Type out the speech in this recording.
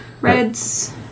reds